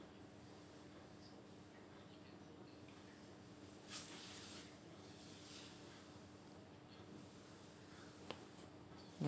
mm